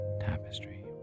tapestry